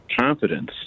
confidence